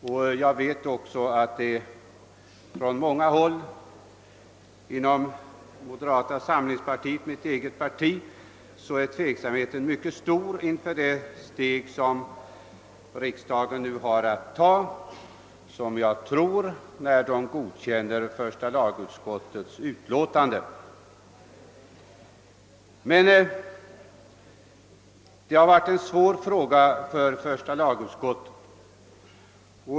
Från många håll inom mitt eget parti, moderata samlingspartiet, råder också stor tveksamhet inför det steg som riksdagen tar när den, som jag tror, bifaller första lagutskottets förslag om en stund. Detta har varit en svår fråga för första lagutskottet.